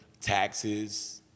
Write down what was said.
Taxes